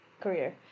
career